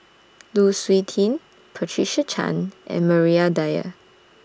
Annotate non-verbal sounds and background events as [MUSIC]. [NOISE] Lu Suitin Patricia Chan and Maria Dyer